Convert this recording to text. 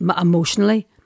emotionally